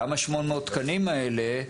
גם ה-800 תקנים האלה,